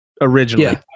originally